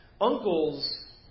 uncle's